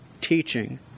teaching